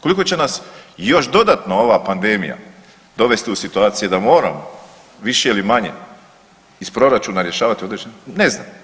Koliko će nas još dodatno ova pandemija dovesti u situacije da moramo više ili manje iz proračuna rješavati određene ne znam.